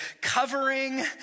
covering